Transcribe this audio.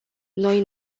noi